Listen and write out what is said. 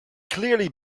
clearly